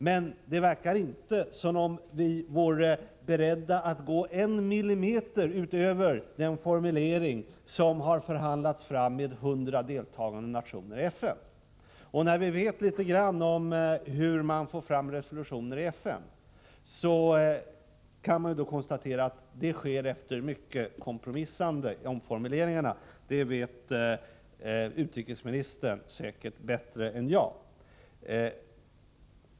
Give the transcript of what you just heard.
Men det verkar inte som om vi vore beredda att gå en millimeter utöver den formulering som har förhandlats fram med 100 deltagande nationer i FN. När vi vet litet grand om hur man får fram resolutioner i FN så kan vi konstatera att det sker efter mycket kompromissande och många omformuleringar — det vet utrikesministern säkert bättre än jag.